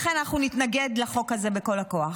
לכן אנחנו נתנגד לחוק הזה בכל הכוח.